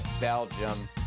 Belgium